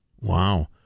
Wow